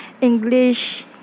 English